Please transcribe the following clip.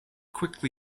quickly